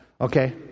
Okay